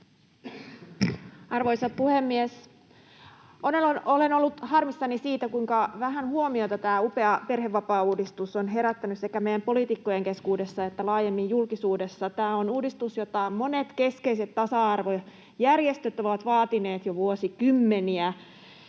Arvoisa puhemies! Olen ollut harmissani siitä, kuinka vähän huomiota tämä upea perhevapaauudistus on herättänyt sekä meidän poliitikkojen keskuudessa että laajemmin julkisuudessa. Tämä on uudistus, jota monet keskeiset tasa-arvojärjestöt ovat vaatineet jo vuosikymmeniä.